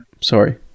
Sorry